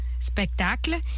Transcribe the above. spectacle